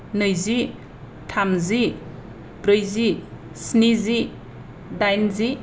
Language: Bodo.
नैजि थामजि ब्रैजि स्निजि दाइनजि